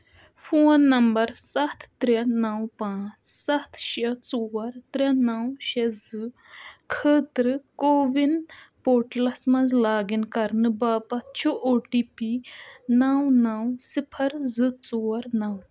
phone number سَتھ ترٛےٚ نو پانٛژھ ستھ شےٚ ژور ترٛےٚ نو شےٚ زٕ خٲطرٕ کووِن پورٹلس مَنٛز لاگ اِن کرنہٕ باپتھ چھُ او ٹی پی نو نو صِفر زٕ ژور نو